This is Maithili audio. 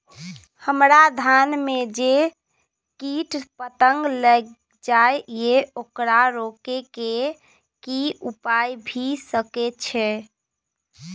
हमरा धान में जे कीट पतंग लैग जाय ये ओकरा रोके के कि उपाय भी सके छै?